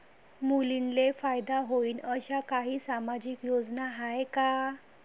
मुलींले फायदा होईन अशा काही सामाजिक योजना हाय का?